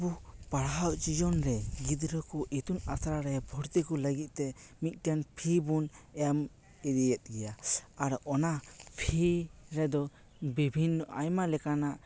ᱟᱵᱚ ᱯᱟᱲᱦᱟᱣ ᱡᱤᱭᱚᱱ ᱨᱮ ᱜᱤᱫᱽᱨᱟᱹ ᱠᱚ ᱤᱛᱩᱱ ᱟᱥᱲᱟ ᱨᱮ ᱵᱷᱚᱨᱛᱤ ᱠᱚ ᱞᱟᱹᱜᱤᱫ ᱛᱮ ᱢᱤᱫᱴᱮᱱ ᱯᱷᱤ ᱵᱚᱱ ᱮᱢ ᱤᱫᱤᱭᱮᱫ ᱜᱮᱭᱟ ᱟᱨ ᱚᱱᱟ ᱯᱷᱤ ᱨᱮᱫᱚ ᱵᱤᱵᱷᱤᱱᱱᱚ ᱟᱭᱢᱟ ᱞᱮᱠᱟᱱᱟᱜ